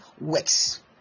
works